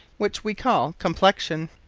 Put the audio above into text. which we call complexion.